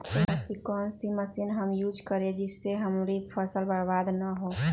ऐसी कौन सी मशीन हम यूज करें जिससे हमारी फसल बर्बाद ना हो?